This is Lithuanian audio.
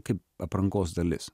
kaip aprangos dalis